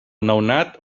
nounat